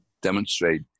demonstrate